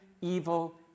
evil